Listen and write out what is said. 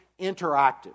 interactive